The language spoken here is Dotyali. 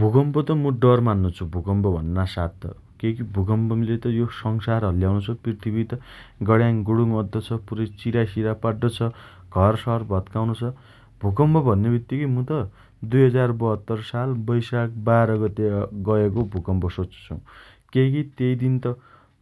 भूकम्पकी त मु डर मान्नो छुँ भूकम्प भन्ना साथ त । केई की भूकम्पले यो संसार हल्याउनो छ । पृथ्वि त गड्याङ् गुडुङ अद्दो छ । पुरै चिरासिरा पाड्डो छ । घरसर भत्काउनो छ । भूकम्प भन्ने बित्तीकै मु त २०७२ साल बैशाख १२ गते गएको भूकम्प सोच्चो छु । केही की त्यहि दिन त